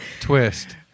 twist